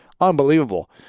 Unbelievable